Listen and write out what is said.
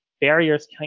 barriers